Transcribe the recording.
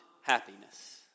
happiness